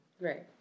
Right